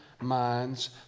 minds